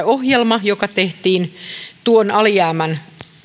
ohjelma joka tehtiin tuon alijäämän